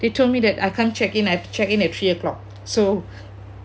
they told me that I can't check in I've check in at three o'clock so